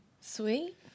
Sweet